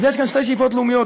אז יש כאן שתי שאיפות לאומיות,